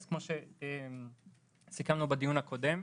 כמו שסיכמנו בדיון הקודם,